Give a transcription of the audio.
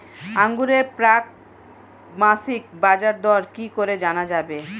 আঙ্গুরের প্রাক মাসিক বাজারদর কি করে জানা যাবে?